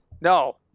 no